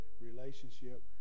relationship